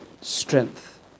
strength